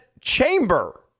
chamber